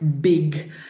big